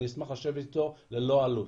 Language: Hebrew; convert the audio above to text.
אני אשמח לשבת איתו ללא עלות.